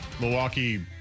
Milwaukee